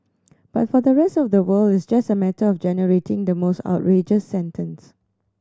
but for the rest of the world it's just a matter of generating the most outrageous sentence